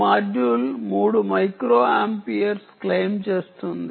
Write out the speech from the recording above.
ఈ module 3 microamperes claim చేస్తుంది